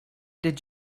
did